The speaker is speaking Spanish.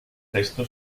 resto